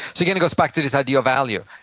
so again, it goes back to this idea of value.